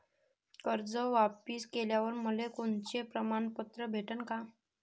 कर्ज वापिस केल्यावर मले कोनचे प्रमाणपत्र भेटन का?